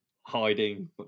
hiding